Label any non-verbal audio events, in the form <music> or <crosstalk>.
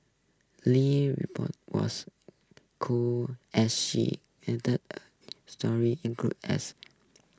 Lee's <unintelligible> was <unintelligible> as she narrated story include as